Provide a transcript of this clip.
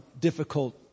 difficult